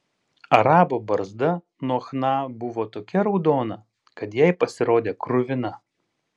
arabo barzda nuo chna buvo tokia raudona kad jai pasirodė kruvina